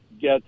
get